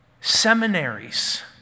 seminaries